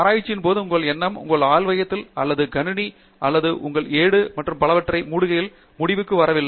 ஆராய்ச்சியின்போது உங்கள் எண்ணம் உங்கள் ஆய்வகத்தை அல்லது உங்கள் கணினி அல்லது உங்கள் ஏடு மற்றும் பலவற்றை மூடுகையில் முடிவுக்கு வரவில்லை